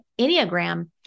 Enneagram